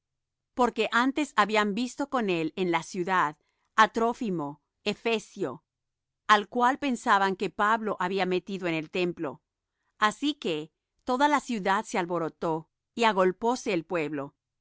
porque antes habían visto con él en la ciudad á trófimo efesio al cual pensaban que pablo había metido en el templo así que toda la ciudad se alborotó y agolpóse el pueblo